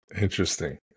Interesting